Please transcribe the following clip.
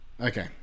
Okay